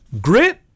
grit